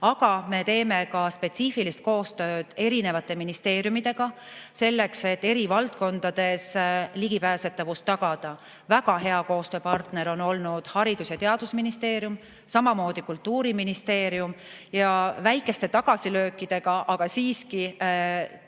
me teeme ka spetsiifilist koostööd eri ministeeriumidega selleks, et eri valdkondades ligipääsetavus tagada. Väga hea koostööpartner on olnud Haridus- ja Teadusministeerium, samuti Kultuuriministeerium. Küll väikeste tagasilöökidega, aga siiski